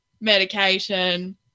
medication